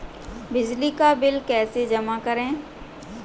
बिजली का बिल कैसे जमा करें?